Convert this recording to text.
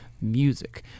music